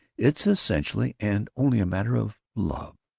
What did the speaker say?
it's essentially and only a matter of love,